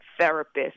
therapist